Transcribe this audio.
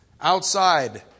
Outside